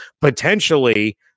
potentially